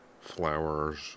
flowers